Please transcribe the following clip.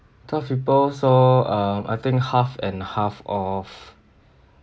twelve people so um I think half and half of